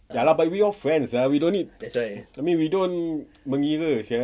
ah lah but we all friends sia we don't need I mean we don't mengira sia